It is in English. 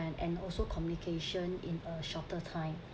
and also communication in a shorter time